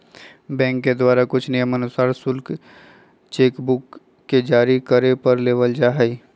bank के द्वारा कुछ नियमानुसार शुल्क चेक बुक के जारी करे पर लेबल जा हई